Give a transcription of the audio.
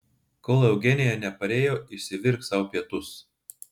kol eugenija neparėjo išsivirk sau pietus